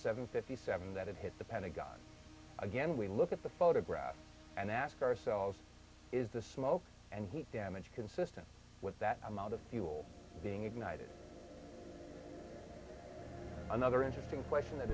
seven fifty seven that it hit the pentagon again we look at the photograph and ask ourselves is the smoke and heat damage consistent with that amount of fuel being ignited another interesting question